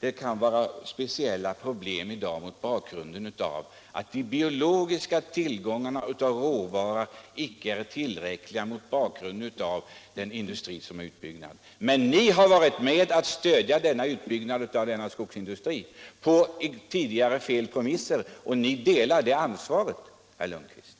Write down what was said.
det kan vara speciella problem på sågverkssidan i dag mot bakgrund av att de biologiska tillgångarna på råvara icke är tillräckliga i förhållande till industrins tillväxt. Men ni har varit med om att stödja utbyggnaden av denna industri på tidigare, felaktiga premisser. Ni delar det ansvaret, herr Lundkvist.